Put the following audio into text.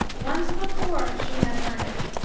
once before she had heard it,